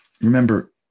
remember